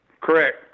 Correct